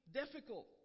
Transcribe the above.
difficult